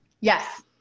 Yes